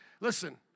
Listen